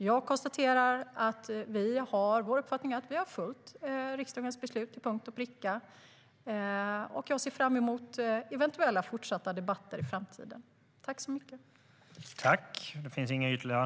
Regeringens uppfattning är att vi har följt riksdagens beslut till punkt och pricka. Jag ser fram emot eventuella fortsatta debatter i framtiden.